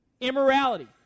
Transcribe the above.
immorality